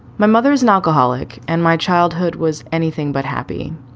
my mother is an alcoholic and my childhood was anything but happy.